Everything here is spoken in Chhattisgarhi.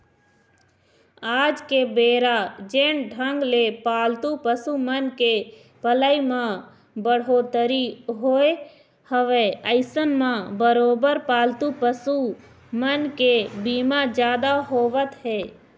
आज के बेरा जेन ढंग ले पालतू पसु मन के पलई म बड़होत्तरी होय हवय अइसन म बरोबर पालतू पसु मन के बीमा जादा होवत हे